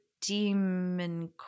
demon